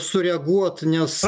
sureaguot nes